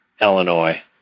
Illinois